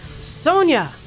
Sonia